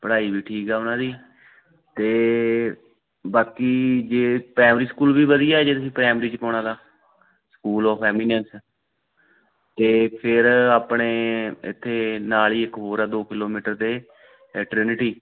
ਪੜ੍ਹਾਈ ਵੀ ਠੀਕ ਆ ਉਨ੍ਹਾਂ ਦੀ ਅਤੇ ਬਾਕੀ ਜੇ ਪ੍ਰੈਮਰੀ ਸਕੂਲ ਵੀ ਵਧੀਆ ਜੇ ਤੁਸੀਂ ਪ੍ਰੈਮਰੀ 'ਚ ਪਾਉਣਾ ਤਾਂ ਸਕੂਲ ਓਫ ਐਮੀਨੈੱਸ ਤਾਂ ਫਿਰ ਆਪਣੇ ਇੱਥੇ ਨਾਲ ਹੀ ਇੱਕ ਹੋਰ ਹੈ ਦੋ ਕਿਲੋਮੀਟਰ 'ਤੇ ਏ ਟ੍ਰਿੰਨੀਟੀ